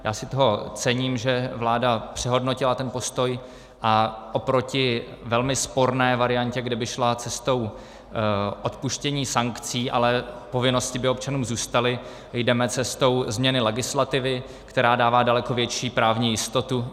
Já si cením toho, že vláda přehodnotila ten postoj a oproti velmi sporné variantě, kde by šla cestou odpuštění sankcí, ale povinnosti by občanům zůstaly, jdeme cestou změny legislativy, která dává těm podnikatelům daleko větší právní jistotu.